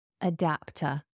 Adapter